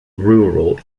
rural